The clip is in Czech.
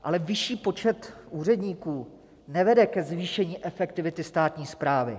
Ale vyšší počet úředníků nevede ke zvýšení efektivity státní správy.